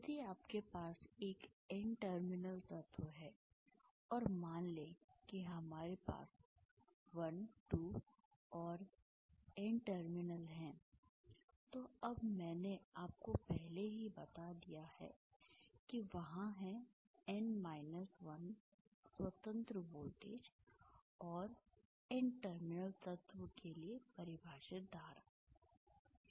यदि आपके पास एक N टर्मिनल तत्व है और मान लें कि हमारे पास 1 2 और N टर्मिनल हैं तो अब मैंने आपको पहले ही बता दिया है कि वहाँ हैं N 1 स्वतंत्र वोल्टेज और एन टर्मिनल तत्व के लिए परिभाषित धाराएं